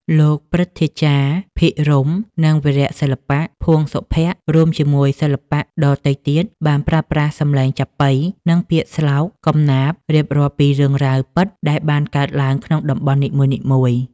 លោកព្រឹទ្ធាចារ្យ ភិរម្យ និងវីរៈសិល្បៈ ភួង សុភ័ក្ត្រ រួមជាមួយអ្នកសិល្បៈដទៃទៀត បានប្រើប្រាស់សម្លេងចាប៉ី និងពាក្យស្លោក កំណាព្យ រៀបរាប់ពីរឿងរ៉ាវពិតដែលបានកើតឡើងក្នុងតំបន់នីមួយៗ។